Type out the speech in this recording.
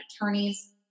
attorneys